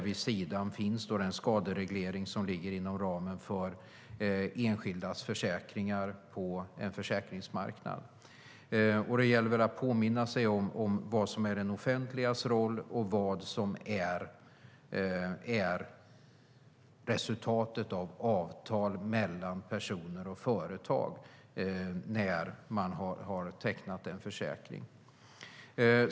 Vid sidan av finns den skadereglering som ligger inom ramen för enskildas försäkringar på en försäkringsmarknad. Det gäller att påminna sig om vad som är det offentligas roll och vad som är resultatet av avtal mellan personer och företag när man har tecknat en försäkring.